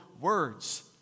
words